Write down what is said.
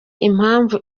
impamvu